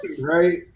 right